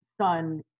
son